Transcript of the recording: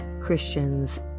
Christians